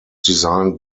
designed